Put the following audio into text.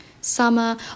summer